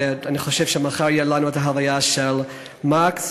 ואני חושב שמחר תהיה לנו ההלוויה של מקס.